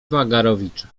wagarowicza